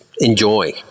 enjoy